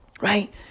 right